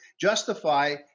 justify